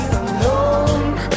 alone